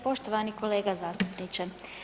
Poštovani kolega zastupniče.